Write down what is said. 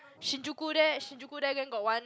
Shinjuku there Shinjuku there then got one